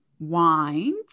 Wines